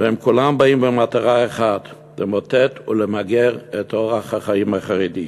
והן כולן באות במטרה אחת: למוטט ולמגר את אורח החיים החרדי.